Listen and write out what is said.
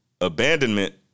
abandonment